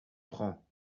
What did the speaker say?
prend